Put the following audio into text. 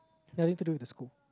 yeah need to do with the school